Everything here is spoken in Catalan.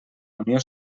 unió